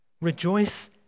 Rejoice